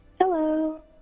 Hello